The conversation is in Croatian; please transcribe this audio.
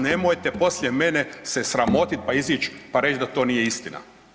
Nemojte poslije mene se sramotiti, pa izaći pa reći da to nije istina.